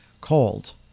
called